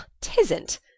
Tisn't